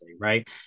Right